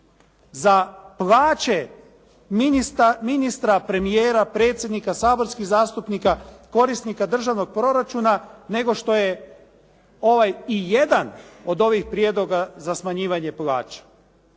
za plaće ministra, premijera, predsjednika, saborskih zastupnika, korisnika državnog proračuna, nego što je i jedan od ovih prijedloga za smanjivanje plaće.